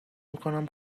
میکنم